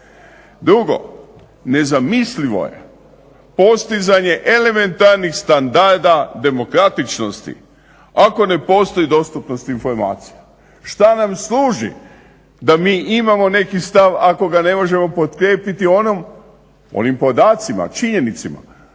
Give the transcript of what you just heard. Drugo, nezamislivo je postizanje elementarnih standarda demokratičnosti ako ne postoji dostupnost informacija. Šta nam služi da mi imamo neki stav ako ga ne možemo potkrijepiti onim podacima, činjenicama